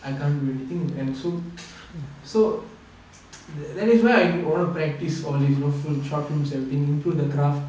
I can't do anything and so so that is when I know oral practice all these you know film chatrooms everything include the craft